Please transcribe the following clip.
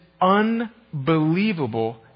unbelievable